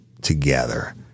together